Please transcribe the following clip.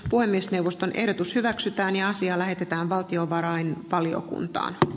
puhemiesneuvoston ehdotus hyväksytään ja asia lähetetään valtiovarainvaliokuntaan